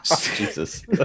Jesus